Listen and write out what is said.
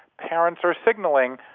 parents are signalling,